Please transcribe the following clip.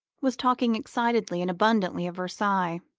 was talking excitedly and abundantly of versailles.